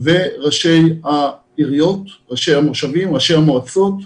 אלה ראשי העיריות, ראשי המועצות,